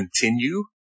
continue